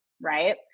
Right